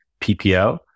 PPO